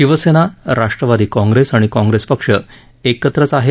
शिवसेना राष्ट्रवादी काँग्रेस आणि काँग्रेस पक्ष एकत्रच आहेत